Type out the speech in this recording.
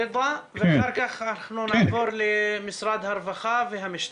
רידא ואחר כך אנחנו נעבור למשרד הרווחה והמשטרה.